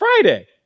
friday